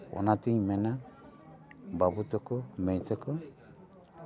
ᱚᱱᱟ ᱛᱤᱧ ᱢᱮᱱᱟ ᱵᱟᱹᱵᱩ ᱛᱟᱠᱚ ᱢᱟᱹᱭ ᱛᱟᱠᱚ